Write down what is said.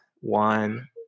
one